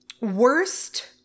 Worst